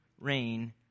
rain